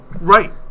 Right